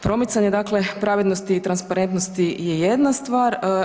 Promicanje dakle pravednosti i transparentnosti je jedna stvar.